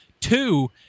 Two